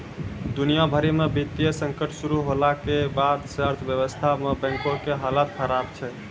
दुनिया भरि मे वित्तीय संकट शुरू होला के बाद से अर्थव्यवस्था मे बैंको के हालत खराब छै